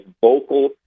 vocal